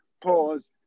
pause